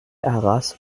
arras